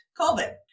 COVID